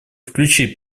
включить